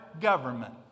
government